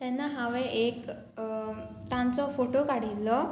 तेन्ना हांवें एक तांचो फोटो काडिल्लो